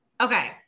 Okay